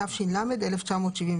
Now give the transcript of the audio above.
התש"ל-1971.